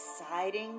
exciting